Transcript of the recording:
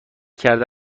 کرده